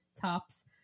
tops